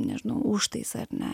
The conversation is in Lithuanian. nežinau užtaisą ar ne